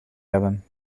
hebben